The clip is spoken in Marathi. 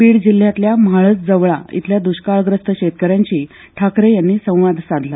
बीड जिल्ह्यातल्या म्हाळसजवळा इथल्या दुष्काळग्रस्त शेतकऱ्यांशी ठाकरे यांनी संवाद साधला